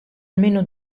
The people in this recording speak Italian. almeno